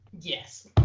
yes